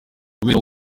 kubera